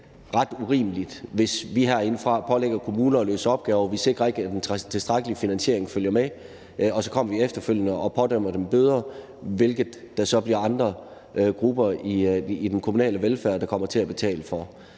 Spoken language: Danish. ret urimeligt, altså hvis vi herindefra pålægger kommuner at løse opgaver og vi ikke sikrer, at der følger en tilstrækkelig finansiering med, og så kommer vi efterfølgende og idømmer dem bøder, hvilket der så er andre grupper i den kommunale velfærd, som kommer til at betale for.